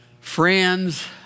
friends